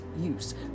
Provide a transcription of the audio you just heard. use